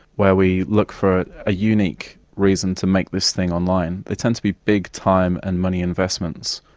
where we look for a unique reason to make this thing online. they tend to be big time and money investments,